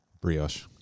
brioche